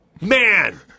Man